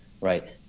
right